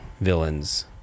villains